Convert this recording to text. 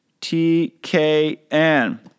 TKN